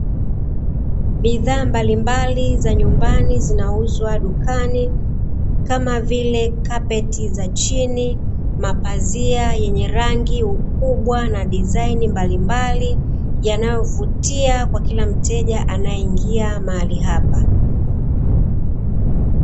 Bidhaa mbalimbali za nyumbani zinauzwa dukani kama vile kapeti za chini, mapazia yenye rangi ukubwa na dizaini mbalimbali, yanayovutia kwa kila mteja anayeingia mahali hapa.